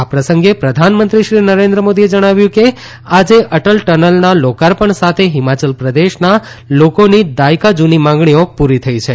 આ પ્રસંગે પ્રધાનમંત્રી શ્રી નરેન્દ્ર મોદીએ જણાવ્યું કે આજે અટલ ટનલના લોકાર્પણ સાથે હિમાચલ પ્રદેશના લોકોની દાયકા જુની માંગણીઓ પુરી થઇ છે